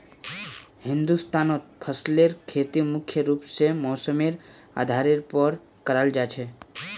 हिंदुस्तानत फसलेर खेती मुख्य रूप से मौसमेर आधारेर पर कराल जा छे